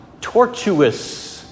tortuous